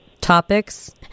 topics